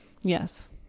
Yes